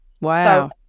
Wow